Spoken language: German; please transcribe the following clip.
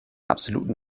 absoluten